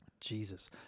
Jesus